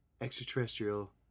extraterrestrial